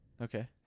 Okay